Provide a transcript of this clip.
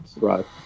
right